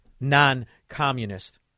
non-communist